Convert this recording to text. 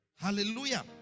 Hallelujah